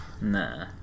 Nah